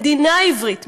מדינה עברית,